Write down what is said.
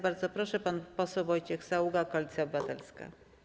Bardzo proszę, pan poseł Wojciech Saługa, Koalicja Obywatelska.